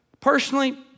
Personally